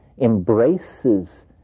embraces